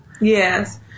Yes